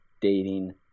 dating